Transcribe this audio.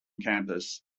campus